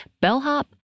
bellhop